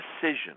decision